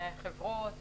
חברות